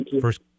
First